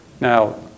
now